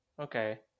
Okay